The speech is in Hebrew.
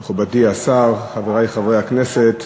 תודה רבה לך, מכובדי השר, חברי חברי הכנסת,